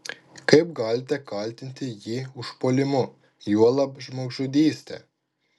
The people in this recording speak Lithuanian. kaip galite kaltinti jį užpuolimu juolab žmogžudyste